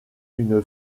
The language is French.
une